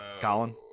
Colin